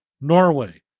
Norway